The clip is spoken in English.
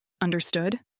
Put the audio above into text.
Understood